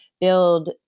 build